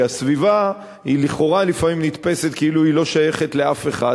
כי הסביבה לפעמים נתפסת כאילו היא לא שייכת לאף אחד,